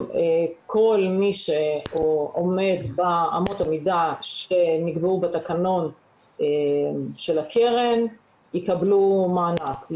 כל מי שעומד באמות המידה שנקבעו בתקנון של הקרן יקבלו מענק.